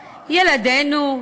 ילדינו,